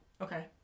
Okay